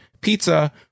pizza